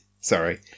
Sorry